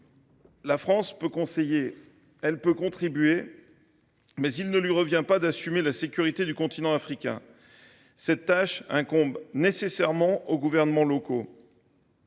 La France peut conseiller, elle peut contribuer, mais il ne lui revient pas d’assumer la sécurité du continent africain. Cette tâche incombe nécessairement aux gouvernements locaux.